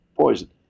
poison